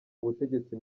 ubutegetsi